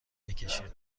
بکشید